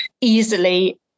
easily